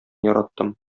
яраттым